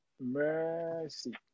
mercy